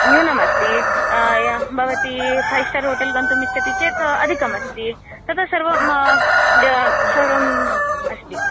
न्यूनमस्ति या भवती फ़ैव् स्टार् होटेल् गन्तुं इच्छति चेत् अधिकम् अस्ति तता सर्वं सर्वं अस्ति